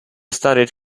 studied